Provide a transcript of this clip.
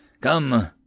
Come